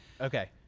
Okay